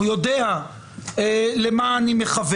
הוא יודע למה אני מכוון.